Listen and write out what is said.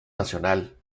nacional